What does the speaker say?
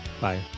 Bye